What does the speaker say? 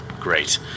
Great